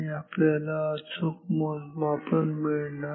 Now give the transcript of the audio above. आपल्याला अचूक मोजमापन मिळणार नाही